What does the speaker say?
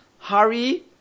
hurry